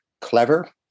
clever